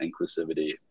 inclusivity